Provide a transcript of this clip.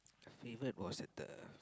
favourite was at the